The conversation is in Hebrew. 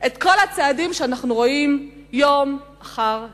את כל הצעדים שאנחנו רואים יום אחר יום.